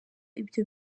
ibyo